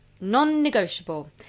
Non-negotiable